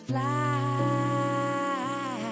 Fly